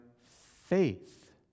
faith